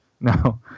No